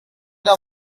the